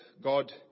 God